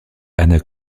anna